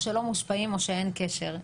או שלא מושפעים או שאין קשר?